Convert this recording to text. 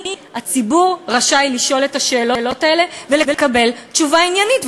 הציבור רשאי לשאול את השאלות האלה ולקבל תשובה עניינית.